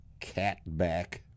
Catback